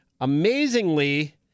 amazingly